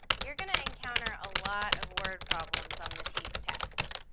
you're going to encounter a lot of word problems on the teas test.